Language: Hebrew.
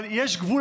אבל יש גבול,